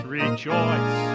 rejoice